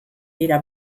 dira